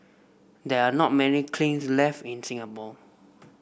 there are not many kilns left in Singapore